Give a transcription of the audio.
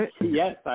Yes